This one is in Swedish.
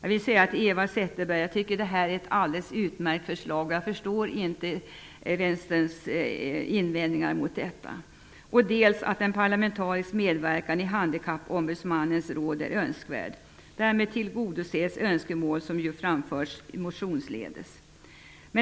Till Eva Zetterberg vill jag säga att jag tycker att detta är ett alldeles utmärkt förslag och att jag inte förstår Vänsterns invändningar mot det. Det andra gäller att en parlamentarisk medverkan i Handikappombudsmannens råd är önskvärd. Därmed tillgodoses önskemål som ju har framförts motionsledes.